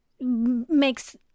makes